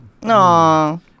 Aww